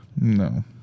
No